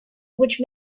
which